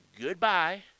goodbye